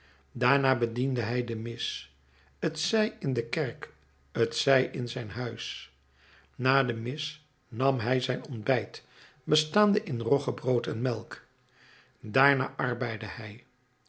daarna bediende hij de mis t zij in de kerk t zij in zijn huis na de mis nam hij zijn ontbijt bestaande in roggebrood en melk daarna arbeidde hij